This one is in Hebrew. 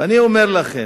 ואני אומר לכם,